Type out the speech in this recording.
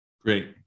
Great